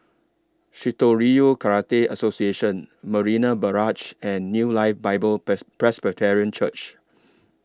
Shitoryu Karate Association Marina Barrage and New Life Bible Pres Presbyterian Church